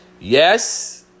Yes